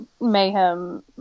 mayhem